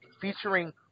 featuring